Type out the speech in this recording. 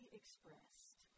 expressed